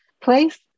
place